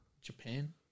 Japan